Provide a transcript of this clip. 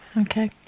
Okay